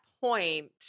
point